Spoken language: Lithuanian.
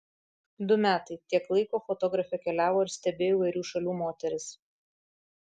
du metai tiek laiko fotografė keliavo ir stebėjo įvairių šalių moteris